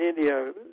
India